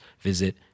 visit